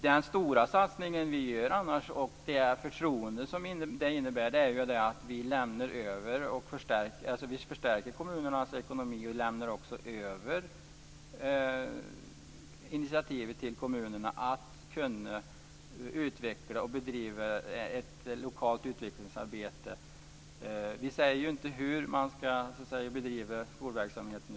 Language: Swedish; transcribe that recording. Den stora satsning som vi gör - och det innebär också ett förtroende - är att vi förstärker kommunernas ekonomi och lämnar över initiativet till kommunerna för att de skall kunna utveckla och bedriva ett lokalt utvecklingsarbete. Vi säger inte hur man skall bedriva skolverksamheten.